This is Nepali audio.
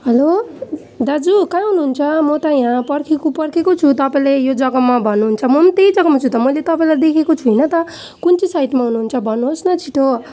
हेलो दाजु कहाँ हुनुहुन्छ म त यहाँ पर्खिएको पर्खिएकै छु तपाईँले यो जग्गामा भन्नुहुन्छ म पनि त्यहीँ जग्गामै छु मैले तपाईँलाई देखेको छुइनँ त कुन चाहिँ साइडमा हुनुहुन्छ भन्नुहोस् न छिटो